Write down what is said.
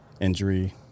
injury